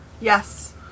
Yes